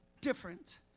different